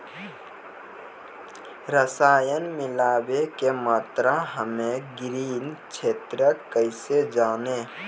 रसायन मिलाबै के मात्रा हम्मे ग्रामीण क्षेत्रक कैसे जानै?